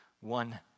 one